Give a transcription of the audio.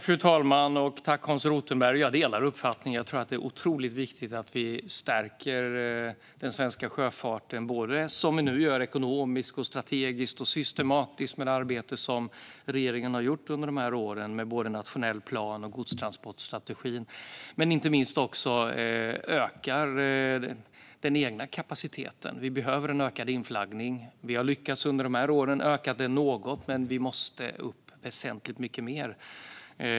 Fru talman! Jag delar Hans Rothenbergs uppfattning. Jag tror att det är otroligt viktigt att vi, som regeringen nu gör, stärker den svenska sjöfarten ekonomiskt, strategiskt och systematiskt. Det är ett sådant arbete som regeringen har gjort under de här åren med nationell plan och godstransportstrategin. Det är också viktigt att vi ökar den egna kapaciteten. Vi behöver en ökad inflaggning. Vi har under de här åren lyckats öka den något, men vi måste upp väsentligt mer.